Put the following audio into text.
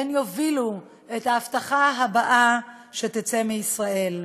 והן יובילו את ההבטחה הבאה שתצא מישראל.